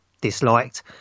disliked